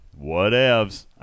whatevs